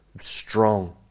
strong